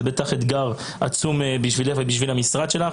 זה בטח אתגר עצום בשבילך ובשביל המשרד שלך.